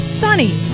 sunny